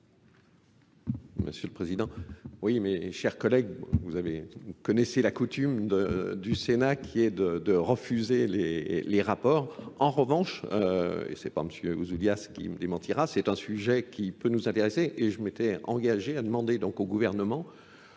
Monsieur le Président. Oui, mes chers collègues, vous connaissez la coutume du Sénat qui est de refuser les rapports. En revanche, et ce n'est pas M. Ousoulias qui me démentira, c'est un sujet qui peut nous intéresser et je m'étais engagé à demander donc au gouvernement